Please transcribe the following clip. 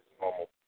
normal